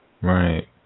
right